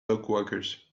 dogwalkers